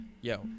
Yo